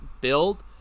build